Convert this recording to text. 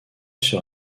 sur